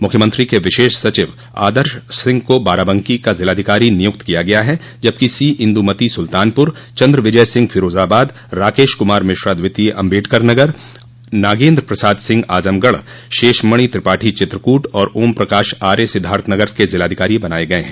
मुख्यमंत्री के विशेष सचिव आदर्श सिंह को बाराबंकी का जिलाधिकारी नियुक्त किया गया है जबकि सी इन्द्रमती सुल्तानपुर चन्द्रविजय सिंह फिरोजाबाद रार्कश कुमार मिश्रा द्वितीय अम्बेडकरनगर नागेन्द्र प्रसाद सिंह आजमगढ़ शेषमणि त्रिपाठी चित्रकूट ँऔर ओमप्रकाश आर्य सिद्धार्थनगर के जिलाधिकारी बनाये गये हैं